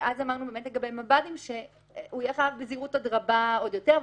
אמרנו לגבי מב"דים שהוא יהיה חייב בזהירות רבה עוד יותר,